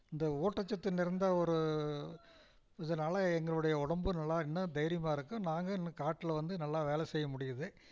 இந்த ஊட்டச்சத்து நிறைந்த ஒரு இதனால எங்களுடைய உடம்பு நல்லா இன்னும் தைரியமாக இருக்கோம் நாங்கள் இன்னும் காட்டில் வந்து நல்லா வேலை செய்ய முடியுது